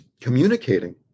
communicating